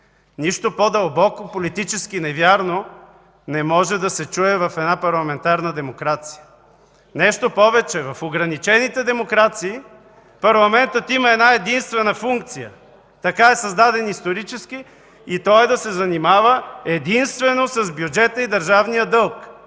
Нищо по-дълбоко политически невярно не може да се чуе в една парламентарна демокрация. Нещо повече, в ограничените демокрации парламентът има една-единствена функция – така е създаден исторически – и то е да се занимава единствено с бюджета и държавния дълг,